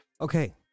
Okay